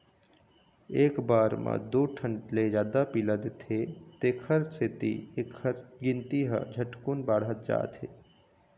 एक बार म दू ठन ले जादा पिला देथे तेखर सेती एखर गिनती ह झटकुन बाढ़त जाथे